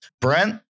Brent